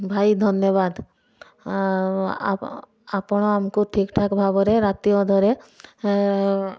ଭାଇ ଧନ୍ୟବାଦ ଆପଣ ଆମକୁ ଠିକଠାକ୍ ଭାବରେ ରାତି ଅଧରେ